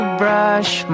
brush